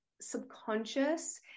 subconscious